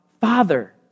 father